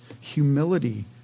humility